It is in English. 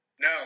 No